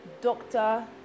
doctor